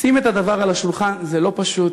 לשים את הדבר על השולחן זה לא פשוט.